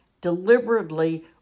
deliberately